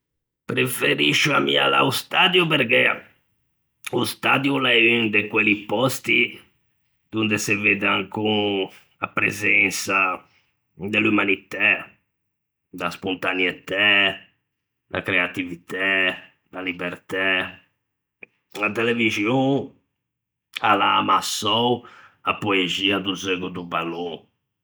Preferiscio ammiâla a-o stadio perché o stadio o l'é un de quelli pòsti donde se vedde ancon a presensa de l'umanitæ, da spontanietæ, da creativitæ, da libertæ; a televixon a l'à ammassou a poexia do zeugo do ballon.